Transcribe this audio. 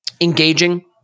engaging